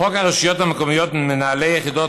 חוק הרשויות המקומיות (מנהלי יחידות